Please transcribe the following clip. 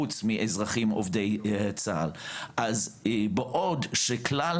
חוץ מאזרחים עובדי צה"ל בעוד שכלל